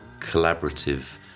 collaborative